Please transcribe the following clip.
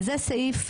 וזה סעיף,